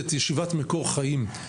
את ישיבת מקור חיים.